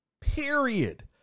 Period